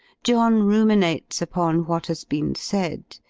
john ruminates upon what has been said,